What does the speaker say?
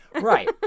Right